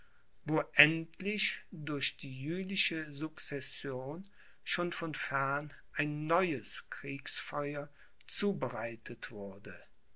wo endlich durch die jülichische succession schon von fern ein neues kriegsfeuer zubereitet wurde